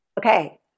Okay